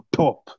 top